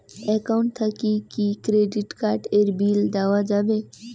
Account থাকি কি credit card এর বিল দেওয়া যাবে?